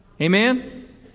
Amen